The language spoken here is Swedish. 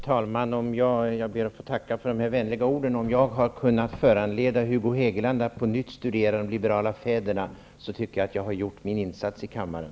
Herr talman! Jag ber att få tacka för de vänliga orden. Om jag har kunnat föranleda Hugo Hegeland att på nytt studera de liberala fäderna tycker jag att jag har gjort min insats i kammaren.